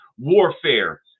warfare